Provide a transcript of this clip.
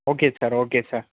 okay sir okay sir